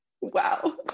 wow